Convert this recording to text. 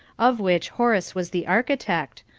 of which horace was the architect,